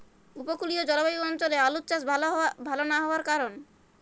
উপকূলীয় জলবায়ু অঞ্চলে আলুর চাষ ভাল না হওয়ার কারণ?